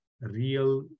real